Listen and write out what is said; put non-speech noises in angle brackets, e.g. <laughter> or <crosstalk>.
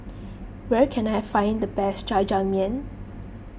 <noise> where can I find the best Jajangmyeon